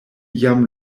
jam